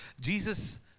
Jesus